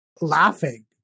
laughing